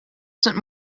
sind